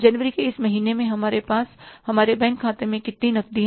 जनवरी के इस महीने में हमारे पास हमारे बैंक खाते में कितनी नकदी है